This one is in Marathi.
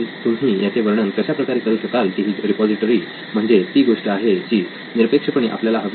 तुम्ही याचे वर्णन कशा प्रकारे करू शकाल की ही रिपॉझिटरी म्हणजे ती गोष्ट आहे जी निरपेक्षपणे आपल्याला हवी आहे